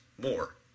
more